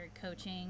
coaching